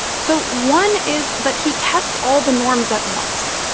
so one is that he tests all the norms at once.